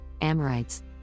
Amorites